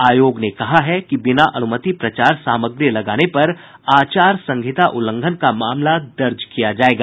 आयोग ने कहा है कि बिना अनुमति प्रचार सामग्री लगाने पर आचार संहित उल्लंघन का मामला दर्ज किया जायेगा